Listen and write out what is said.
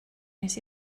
nes